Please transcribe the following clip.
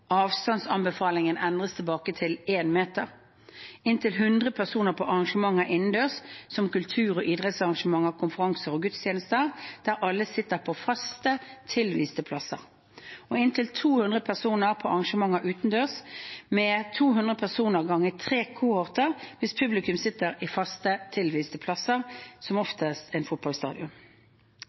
avstandsanbefalingen endres tilbake til 1 meter inntil 100 personer på arrangementer innendørs, som kultur- og idrettsarrangementer, konferanser og gudstjenester, der alle sitter på faste tilviste plasser inntil 200 personer på arrangementer utendørs, men 200 personer ganger 3 kohorter hvis publikum sitter på faste tilviste plasser – som oftest en